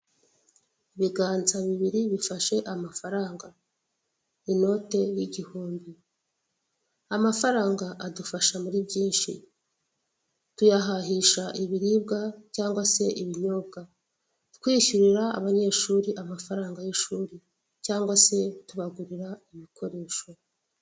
Ibiganza bibiri bifashe amafaranga, inote y'igihumbi, amafaranga adufasha muri byinshi, tuyahahisha ibiribwa cyangwa se ibinyobwa, twishyurira abanyeshuri amafaranga y'ishuri cyangwa se tubagurira ibikoresho.